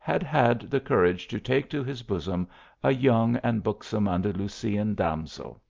had had the courage to take to his bosom a young and buxom andalusian damsel.